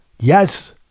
yes